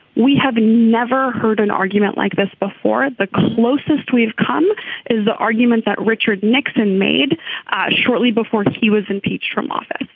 we have never heard an argument like this before. the closest we've come is the argument that richard nixon made shortly before he was impeached from office.